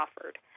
offered